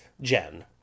Jen